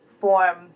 form